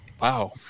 wow